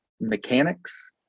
mechanics